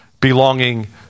belonging